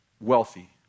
wealthy